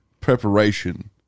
preparation